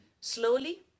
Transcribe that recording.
Slowly